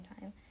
time